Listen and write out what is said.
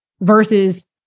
versus